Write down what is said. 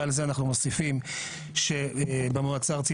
ועל זה אנחנו מוסיפים שבמועצה הארצית